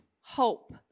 hope